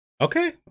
Okay